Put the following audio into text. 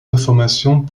informations